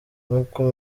nk’uko